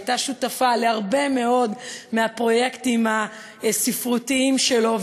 שהייתה שותפה להרבה מאוד מהפרויקטים הספרותיים שלו,